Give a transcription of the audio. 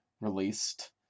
released